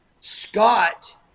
Scott